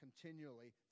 continually